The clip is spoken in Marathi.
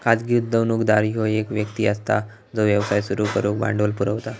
खाजगी गुंतवणूकदार ह्यो एक व्यक्ती असता जो व्यवसाय सुरू करुक भांडवल पुरवता